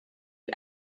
you